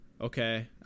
Okay